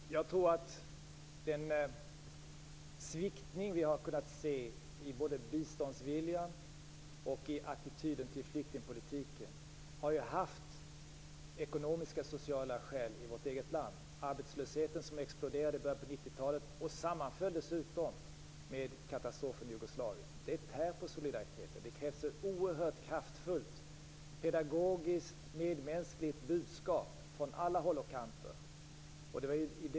Fru talman! Jag tror att den sviktning vi har sett i biståndsviljan och i attityder till flyktingpolitiken har berott på ekonomiska och sociala förhållanden i vårt eget land. Arbetslösheten exploderade i början av 1990-talet, och den sammanföll med katastrofen i Jugoslavien. Det tär på solidariteten. Det krävs ett oerhört kraftfullt pedagogiskt, medmänskligt budskap från alla håll och kanter.